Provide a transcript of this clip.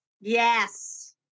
Yes